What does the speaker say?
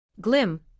Glim